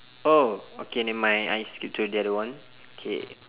oh okay never mind I skip to the other one K